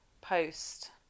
post